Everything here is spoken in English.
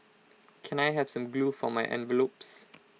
can I have some glue for my envelopes